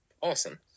Awesome